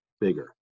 bigger